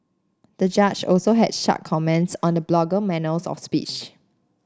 the judge also had sharp comments on the blogger's manner of speech